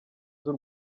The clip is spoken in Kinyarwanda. z’u